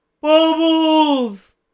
Bubbles